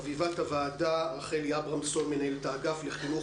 וחביבת הוועדה רחלי אברמזון מנהלת האגף לחינוך